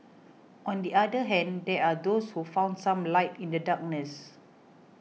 on the other hand there are those who found some light in the darkness